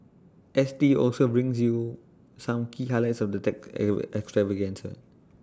S T also brings you some key highlights of the tech extravaganza